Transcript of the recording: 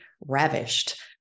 ravished